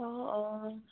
অঁ অঁ